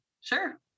Sure